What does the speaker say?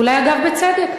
ואולי אגב בצדק,